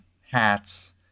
hats